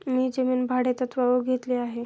मी जमीन भाडेतत्त्वावर घेतली आहे